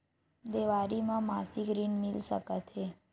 देवारी म मासिक ऋण मिल सकत हे?